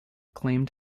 claimed